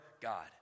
God